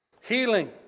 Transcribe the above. healing